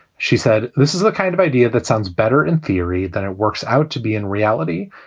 she said this is the kind of idea that sounds better in theory than it works out to be in reality.